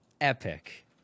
epic